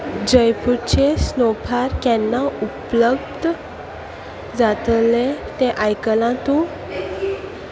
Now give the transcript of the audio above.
जयपूरचे स्नोफार केन्ना उपलब्ध जातलें तें आयकलां तूं